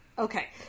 Okay